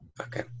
Okay